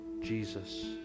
Jesus